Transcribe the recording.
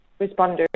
responders